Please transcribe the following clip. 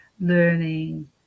learning